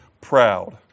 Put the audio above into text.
proud